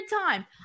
time